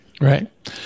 Right